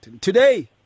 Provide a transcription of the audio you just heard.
Today